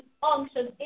function